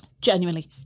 Genuinely